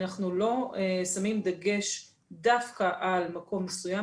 אנחנו לא שמים דגש דווקא על מקום מסוים,